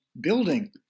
building